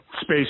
space